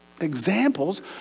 Examples